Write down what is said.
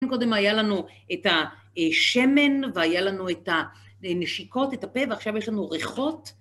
קודם היה לנו את השמן, והיה לנו את הנשיקות, את הפה, ועכשיו יש לנו ריחות.